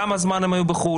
כמה זמן הם היו בחו"ל,